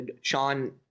Sean